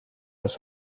los